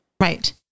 right